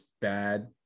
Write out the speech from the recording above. bad